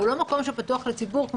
הוא לא מקום שפתוח לציבור.